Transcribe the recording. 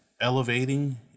elevating